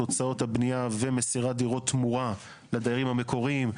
הוצאות הבנייה ומסירת דירות תמורה לדיירים המקוריים.